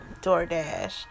DoorDash